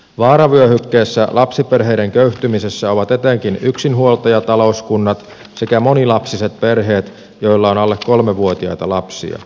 vaaravyöhykkeessä lapsiperheiden köyhtymisessä ovat etenkin yksinhuoltajatalouskunnat sekä monilapsiset perheet joilla on alle kolmevuotiaita lapsia